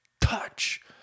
touch